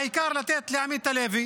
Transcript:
העיקר לתת לעמית הלוי